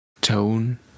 tone